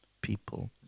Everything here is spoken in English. people